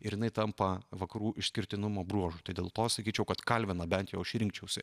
ir jinai tampa vakarų išskirtinumo bruožu dėl to sakyčiau kad kalviną bent jau aš rinkčiausi